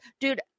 dude